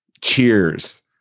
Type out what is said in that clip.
Cheers